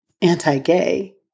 anti-gay